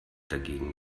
dagegen